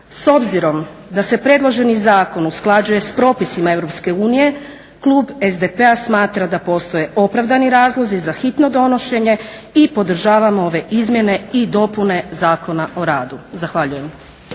S obzirom da se predloženi zakon usklađuje sa propisima EU klub SDP-a smatra da postoje opravdani razlozi za hitno donošenje i podržavamo ove izmjene i dopune Zakona o radu. Zahvaljujem.